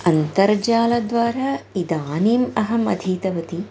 अन्तर्जालद्वारा इदानीम् अहम् अधीतवती